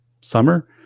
summer